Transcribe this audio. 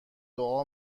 دعا